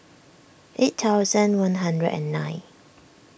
eight thousand one hundred and nine